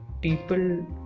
people